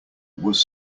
was